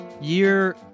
Year